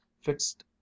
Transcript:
fixed